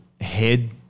head